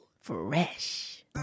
Fresh